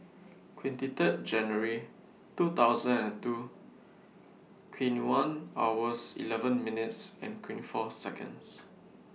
twenty Third January two thousand and two twenty two hours eleven minutes and twenty four Seconds